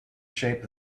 shape